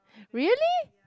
really